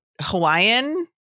Hawaiian